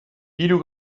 hiru